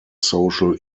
social